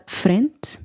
frente